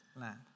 land